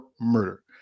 murder